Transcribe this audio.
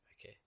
Okay